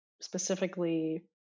specifically